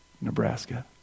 Nebraska